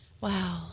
Wow